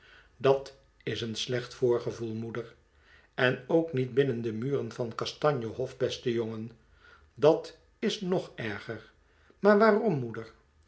dat is een slecht voorgevoel moeder en ook niet binnen de muren van kastanje hof beste jongen dat is nog erger maar waarom moeder